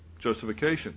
justification